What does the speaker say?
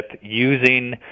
using